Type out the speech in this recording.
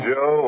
Joe